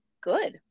good